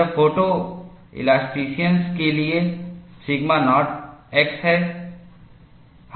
यह photo elastician के लिए सिग्मा नॉट X है